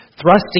thrusting